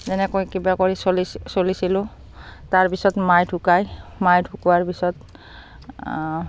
তেনেকৈ কিবা কৰি চলি চলিছিলোঁ তাৰপিছত মাই ঢুকাই মাই ঢুকোৱাৰ পিছত